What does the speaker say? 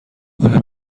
آیا